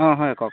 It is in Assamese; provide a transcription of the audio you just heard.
অঁ হয় কওক